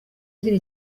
agira